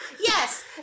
Yes